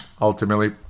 ultimately